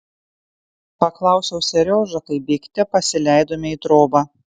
paklausiau seriožą kai bėgte pasileidome į trobą